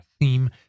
theme